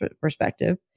perspective